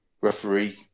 referee